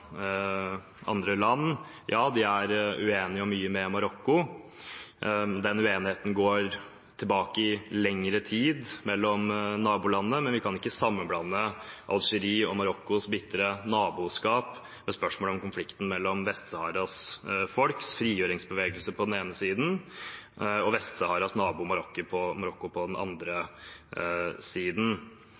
går lengre tilbake i tid, men vi kan ikke blande sammen Algerie og Marokkos bitre naboskap med spørsmålet om konflikten mellom frigjøringsbevegelsen til Vest-Saharas folk på den ene siden og Vest-Saharas nabo, Marokko, på den andre siden.